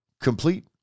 complete